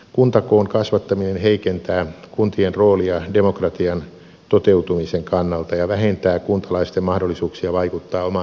kuntakoon kasvattaminen heikentää kuntien roolia demokratian toteutumisen kannalta ja vähentää kuntalaisten mahdollisuuksia vaikuttaa omaan lähiympäristöönsä